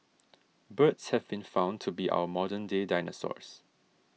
birds have been found to be our modern day dinosaurs